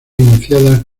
iniciada